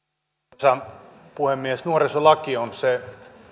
arvoisa puhemies nuorisolaki on se